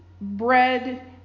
bread